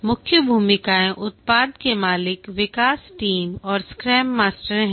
मुख्य भूमिकाएँ उत्पाद के मालिक विकास टीम और स्क्रैम मास्टर हैं